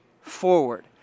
forward